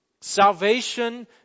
Salvation